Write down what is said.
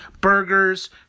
Burgers